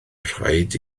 rhaid